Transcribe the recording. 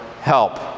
help